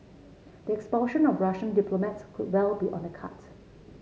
the expulsion of Russian diplomats could well be on the cards